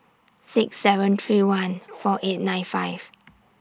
six seven three one four eight nine five